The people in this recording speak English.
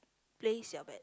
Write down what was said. place your bet